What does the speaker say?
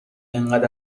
انقد